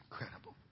Incredible